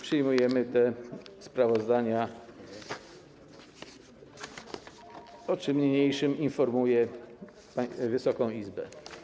Przyjmujemy te sprawozdania, o czym niniejszym informuję Wysoką Izbę.